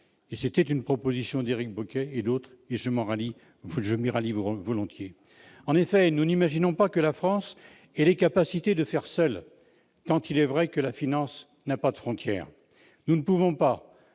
C'était une proposition d'Éric Bocquet et d'autres ; je m'y rallie volontiers. En effet, nous n'imaginons pas que la France ait les capacités d'agir seule, tant il est vrai que la finance n'a pas de frontières. Nous ne pouvons pas,